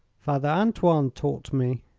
father antoine taught me.